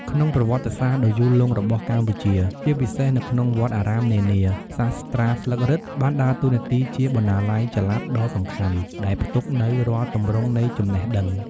ក្នុងប្រវត្តិសាស្រ្តដ៏យូរលង់របស់កម្ពុជា ជាពិសេសនៅក្នុងវត្តអារាមនានា សាស្រ្តាស្លឹករឹតបានដើរតួនាទីជាបណ្ណាល័យចល័តដ៏សំខាន់ដែលផ្ទុកនូវរាល់ទម្រង់នៃចំណេះដឹង។